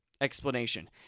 explanation